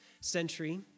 century